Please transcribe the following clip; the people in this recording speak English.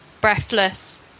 Breathless